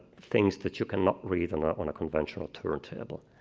things that you cannot read and on a conventional turntable